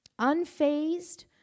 unfazed